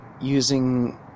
using